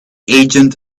agent